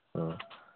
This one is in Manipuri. ꯑ